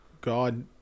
God